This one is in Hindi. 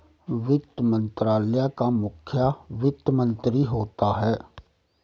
वित्त मंत्रालय का मुखिया वित्त मंत्री होता है